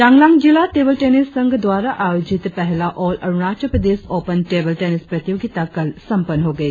चांगलांग जिला table tennis संघ द्वारा आयोजित पहला all Arunachal Pradesh open table tennis प्रतियोगिता कल संपन्न हो गई